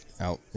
out